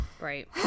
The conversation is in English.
Right